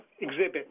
Exhibit